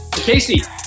Casey